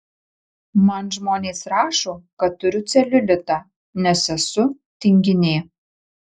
man žmonės rašo kad turiu celiulitą nes esu tinginė